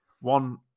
one